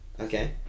okay